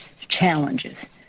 challenges